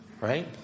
right